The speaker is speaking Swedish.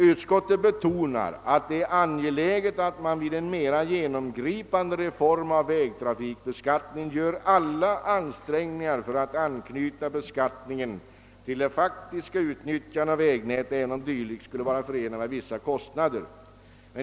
Utskottet betonar att det är angeläget att vid en mera genomgripande reform av vägtrafikbeskattningen alla ansträngningar görs för att anknyta beskattningen till det faktiska utnyttjandet av vägnätet även om en dylik åtgärd skulle vara förenad med vissa kostnader.